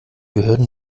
behörden